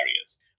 areas